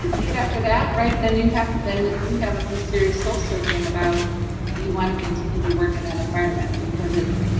see it after that, right? then you have, then you have some serious soul-searching about do you want to continue to work in that environment? because it's,